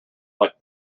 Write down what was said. like